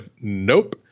Nope